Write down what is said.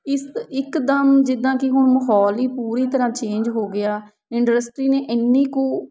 ਇਸ ਇੱਕ ਦਮ ਜਿੱਦਾਂ ਕਿ ਹੁਣ ਮਾਹੌਲ ਹੀ ਪੂਰੀ ਤਰ੍ਹਾਂ ਚੇਂਜ ਹੋ ਗਿਆ ਇੰਡਸਟਰੀ ਨੇ ਇੰਨੀ ਕੁ